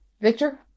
Victor